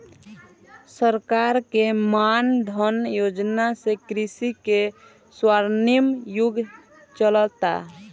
सरकार के मान धन योजना से कृषि के स्वर्णिम युग चलता